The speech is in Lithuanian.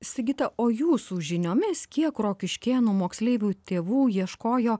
sigita o jūsų žiniomis kiek rokiškėnų moksleivių tėvų ieškojo